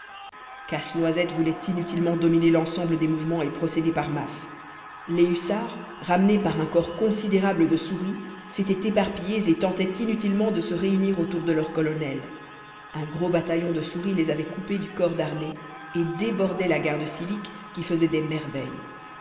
casse-noisette voulait inutilement dominer l'ensemble des mouvements et procéder par masses les hussards ramenés par un corps considérable de souris s'étaient éparpillés et tentaient inutilement de se réunir autour de leur colonel un gros bataillon de souris les avait coupés du corps d'armée et débordait la garde civique qui faisait des merveilles